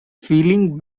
feeling